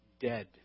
dead